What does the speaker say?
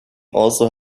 also